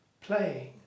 playing